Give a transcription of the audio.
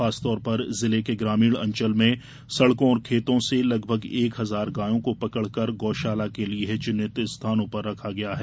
खासतौर पर जिले के ग्रामीण अंचल में सड़कों और खेतों से लगभग एक हजार गायों को पकड़कर गौशाला के लिए चिन्हित स्थलों पर रखा गया है